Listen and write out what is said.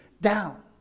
down